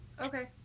Okay